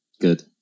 Good